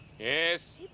Yes